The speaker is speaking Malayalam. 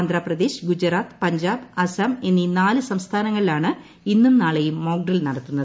ആന്ധ്രപ്രദേശ് ഗുജറാത്ത് പഞ്ചാബ് അസം എന്നീ നാല് സംസ്ഥാനങ്ങളിലാണ് ഇന്നും നാളെയും മോക്ക് ഡ്രിൽ നടത്തുന്നത്